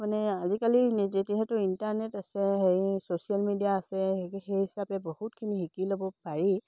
মানে আজিকালি যিহেতু ইণ্টাৰনেট আছে সেই ছ'চিয়েল মিডিয়া আছে সেই সেই হিচাপে বহুতখিনি শিকি ল'ব পাৰি